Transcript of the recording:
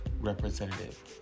representative